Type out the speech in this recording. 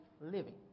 living